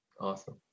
Awesome